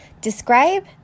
Describe